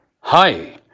Hi